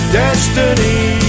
destiny